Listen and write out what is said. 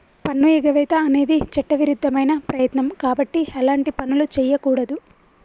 పన్నుఎగవేత అనేది చట్టవిరుద్ధమైన ప్రయత్నం కాబట్టి అలాంటి పనులు చెయ్యకూడదు